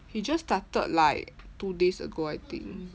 he just started like two days ago I think